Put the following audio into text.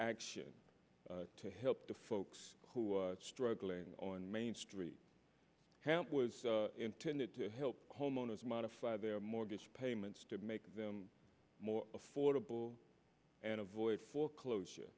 action to help the folks who are struggling on main street camp was intended to help homeowners modify their mortgage payments to make them more affordable and avoid foreclosure